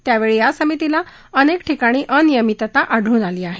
यावेळी या समितीला अनेक ठिकाणी अनियमितता आढळून आली आहे